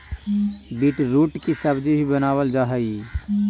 beetroot की सब्जी भी बनावाल जा हई